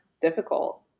difficult